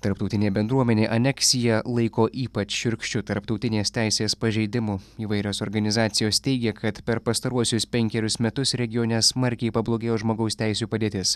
tarptautinė bendruomenė aneksiją laiko ypač šiurkščiu tarptautinės teisės pažeidimu įvairios organizacijos teigia kad per pastaruosius penkerius metus regione smarkiai pablogėjo žmogaus teisių padėtis